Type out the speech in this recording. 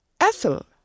Ethel